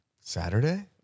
saturday